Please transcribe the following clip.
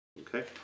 Okay